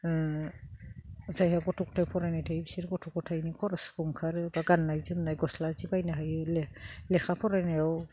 जायहा गथ' गथाय फरायनाय थायो बिसोर गथ' गथायनि खरसबो ओंखारो बा गाननाय जोमनाय गस्ला जि बायनो हायो लेखा फरायनायाव